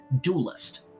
Duelist